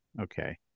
Okay